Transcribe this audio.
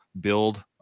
build